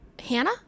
Hannah